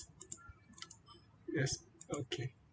yes okay